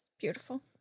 Beautiful